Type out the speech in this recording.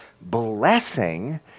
blessing